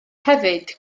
hefyd